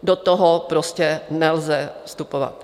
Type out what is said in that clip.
Do toho prostě nelze vstupovat.